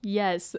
yes